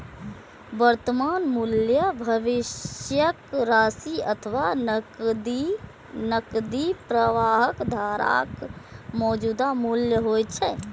वर्तमान मूल्य भविष्यक राशि अथवा नकदी प्रवाहक धाराक मौजूदा मूल्य होइ छै